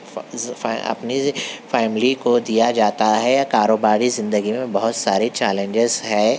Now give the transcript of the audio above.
اپنی فیملی کو دیا جاتا ہے کاروباری زندگی میں بہت سارے چیلنجز ہیں